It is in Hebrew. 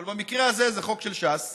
אבל במקרה הזה זה חוק של ש"ס